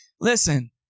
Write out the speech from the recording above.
Listen